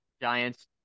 Giants